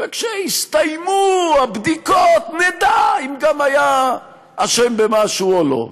וכשיסתיימו הבדיקות נדע אם גם היה אשם במשהו או לא.